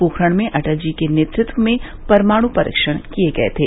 पोखरण में अटल जी के नेतृत्व में परमाणु परीक्षण किये गये थे